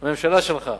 הממשלה שלחה,